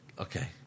Okay